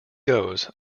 goes